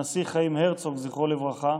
הנשיא חיים הרצוג, זכרו לברכה,